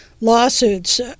lawsuits